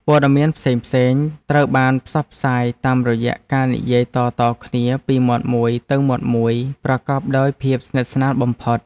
ព័ត៌មានផ្សេងៗត្រូវបានផ្សព្វផ្សាយតាមរយៈការនិយាយតៗគ្នាពីមាត់មួយទៅមាត់មួយប្រកបដោយភាពស្និទ្ធស្នាលបំផុត។